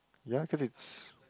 ya cause it's